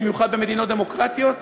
במיוחד במדינות דמוקרטיות,